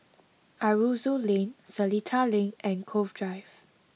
Aroozoo Lane Seletar Link and Cove Drive